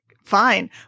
fine